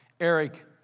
Eric